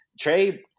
Trey